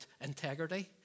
integrity